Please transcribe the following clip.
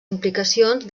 implicacions